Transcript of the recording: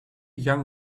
young